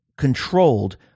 controlled